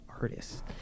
artists